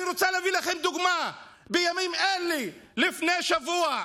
אני רוצה להביא לכם דוגמה: בימים אלה, לפני שבוע,